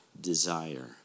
desire